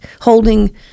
holding